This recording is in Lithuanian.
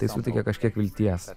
tai suteikia kažkiek vilties